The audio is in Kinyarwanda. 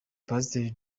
pasiteri